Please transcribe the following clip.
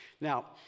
Now